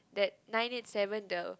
that nine eight seven the